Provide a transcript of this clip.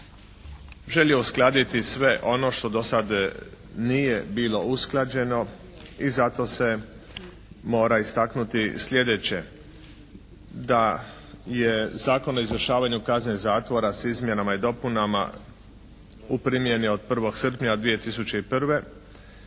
želio uskladiti sve ono što dosad nije bilo usklađeno i zato se mora istaknuti sljedeće. Da je Zakon o izvršavanju kazne zatvora s izmjenama i dopunama u primjeni od 1. srpnja 2001.